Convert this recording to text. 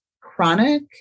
chronic